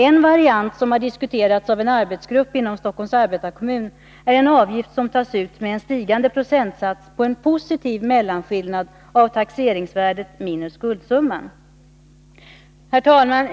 En variant som har diskuterats inom en arbetsgrupp inom Stockholms arbetarekommun är en avgift som tas ut med en stigande procentsats på en positiv mellanskillnad av taxeringsvärdet minus skuldsumman. Herr talman!